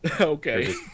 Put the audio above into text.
Okay